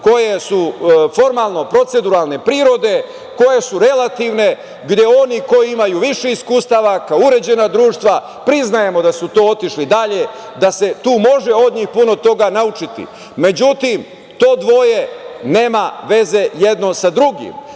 koje su formalno proceduralne prirode, koje su relativne, gde oni koji imaju više iskustava kao uređena društva priznajemo da su otišli dalje, da se tu može od njih puno toga naučiti. Međutim, to dvoje nema veze jedno sa drugim.